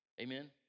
Amen